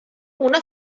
una